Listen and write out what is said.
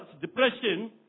depression